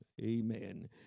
amen